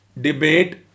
debate